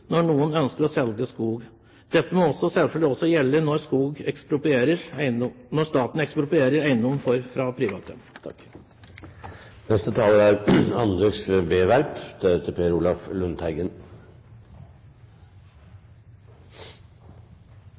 når noen ønsker å selge skog. Dette må også selvfølgelig gjelde når staten eksproprierer eiendom fra private. Takk til interpellanten for